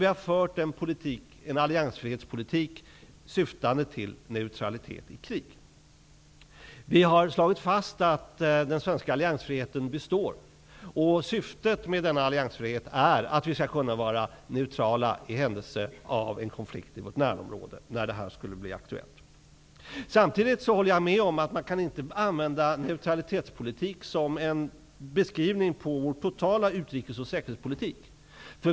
Vi har dock fört en alliansfri politik syftande till neutralitet i krig. Vi har slagit fast att den svenska alliansfriheten består, och syftet med denna alliansfrihet är att vi skall kunna vara neutrala i händelse av en konflikt i vårt närområde. Samtidigt håller jag med om att man inte kan använda neutralitetspolitik som en beskrivning av vår totala utrikes och säkerhetspolitik.